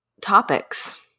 topics